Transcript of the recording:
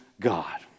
God